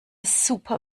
super